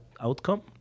outcome